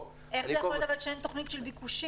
איך זה יכול להיות שאין תוכנית של ביקושים?